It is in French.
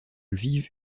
lviv